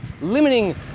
limiting